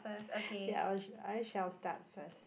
ya I will I shall start first